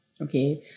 Okay